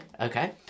Okay